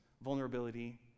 vulnerability